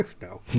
No